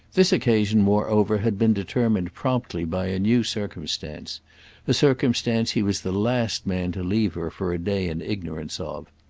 this occasion moreover had been determined promptly by a new circumstance a circumstance he was the last man to leave her for a day in ignorance of.